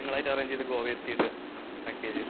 ഞങ്ങളായിട്ട് arrange ചെയ്ത് ഗോവയിൽ എത്തിയിട്ട് പാക്കേജ്